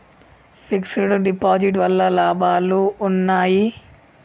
Fix డ్ deposit వల్ల లాభాలు ఉన్నాయి?